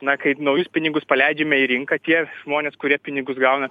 na kaip naujus pinigus paleidžiame į rinką tie žmonės kurie pinigus gauna